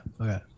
Okay